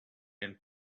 and